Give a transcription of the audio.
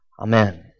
Amen